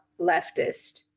leftist